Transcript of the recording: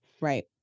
Right